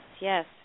yes